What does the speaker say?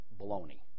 baloney